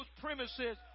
premises